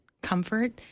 comfort